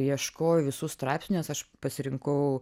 ieškojau visų straipsnių nes aš pasirinkau